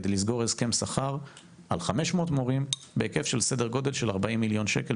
כדי לסגור הסכם שכר על 500 מורים בהיקף של סדר גודל 40 מיליון שקלים,